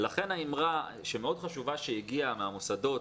לכן האמרה המאוד חשובה שהגיעה מהמוסדות,